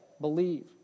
Believe